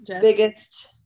Biggest